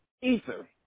ether